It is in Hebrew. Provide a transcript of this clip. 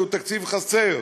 שהוא תקציב חסר,